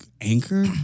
anchor